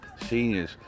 seniors